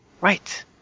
right